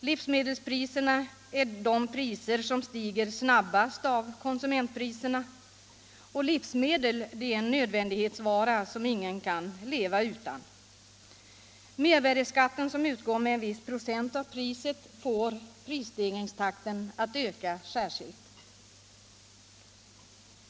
Livsmedelspriserna är de priser som stiger snabbast av konsumentpriserna. Livsmedel är en nödvändighetsvara som ingen kan leva utan. Mervärdeskatten som utgår med en viss procent av priset får prisstegringstakten att öka alldeles särskilt.